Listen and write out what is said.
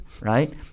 right